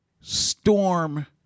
storm